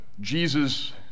Jesus